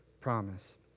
promise